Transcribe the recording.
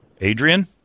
Adrian